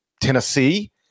Tennessee